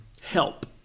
help